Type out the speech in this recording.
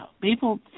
people